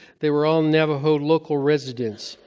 they were all navajo local residents,